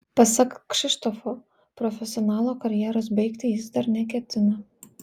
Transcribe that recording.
pasak kšištofo profesionalo karjeros baigti jis dar neketina